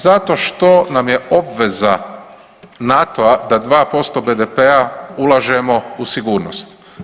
Zato što nam je obveza NATO-a da 2% BDP-a ulažemo u sigurnost.